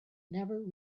never